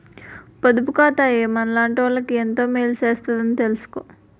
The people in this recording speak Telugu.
పొదుపు ఖాతాయే మనలాటోళ్ళకి ఎంతో మేలు సేత్తదని తెలిసుకో